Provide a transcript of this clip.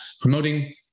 promoting